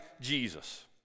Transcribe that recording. Jesus